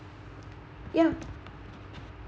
ya